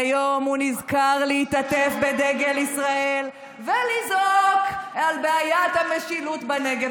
והיום הוא נזכר להתעטף בדגל ישראל ולזעוק על בעיית המשילות בנגב.